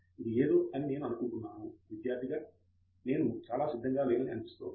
ఇది ఏదో అని నేను అనుకుంటున్నాను విద్యార్థిగా నేను చాలా సిద్ధంగా లేనని అనిపిస్తోంది